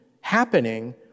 happening